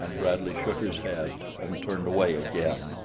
and bradley shook his head and turned away again.